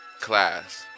class